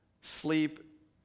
sleep